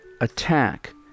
attack